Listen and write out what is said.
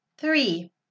Three